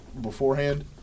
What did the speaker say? beforehand